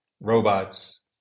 robots